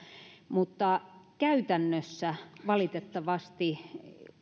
mutta käytännössä valitettavasti